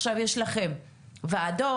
עכשיו יש לכם ועדות,